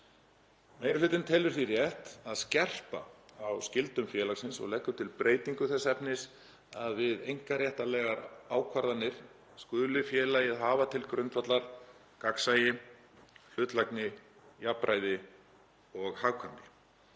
Meiri hlutinn telur því rétt að skerpa á skyldum félagsins og leggur til breytingu þess efnis að við einkaréttarlegar ákvarðanir skuli félagið hafa til grundvallar gagnsæi, hlutlægni, jafnræði og hagkvæmni.